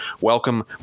welcome